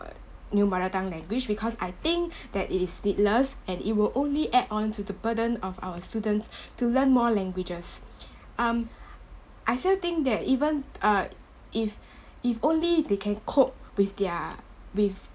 a new mother tongue language because I think that it is needless and it will only add on to the burden of our students to learn more languages um I still think that even uh if if only they can cope with their with